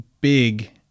big